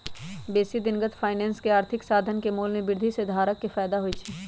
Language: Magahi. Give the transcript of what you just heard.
बेशी दिनगत फाइनेंस में आर्थिक साधन के मोल में वृद्धि से धारक के फयदा होइ छइ